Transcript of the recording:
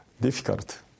Difficult